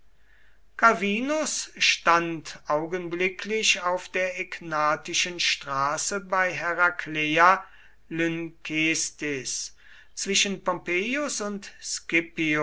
calvinus stand augenblicklich auf der egnatischen straße bei herakleia lynkestis zwischen pompeius und